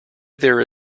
there